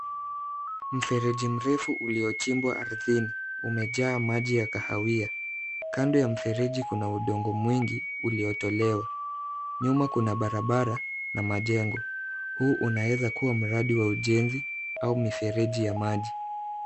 Mfereji mrefu uliochimbwa ardhini, umejaa maji ya kahawia. Kando ya mfereji kuna udongo mwingi uliotolewa. Nyuma kuna barabara na majengo. Huu unaweza kuwa mradi wa ujenzi au mifereji ya maji.